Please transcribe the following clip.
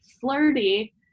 flirty